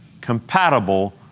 compatible